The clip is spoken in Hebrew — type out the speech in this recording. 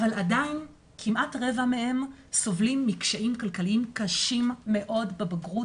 אבל עדיין כמעט רבע מהם סובלים מקשיים כלכליים קשים מאוד בבגרות.